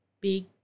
big